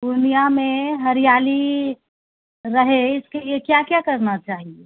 पूर्णियामे हरियाली इसके लिए क्या क्या करना चाहिए